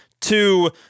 two